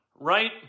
right